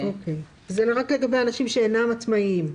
זה רק לגבי אנשים שאינם עצמאיים,